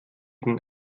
den